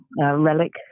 Relic